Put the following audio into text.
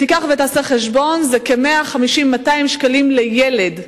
אם תעשה חשבון, זה כ-150, 200 שקלים לילד.